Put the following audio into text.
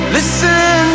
Listen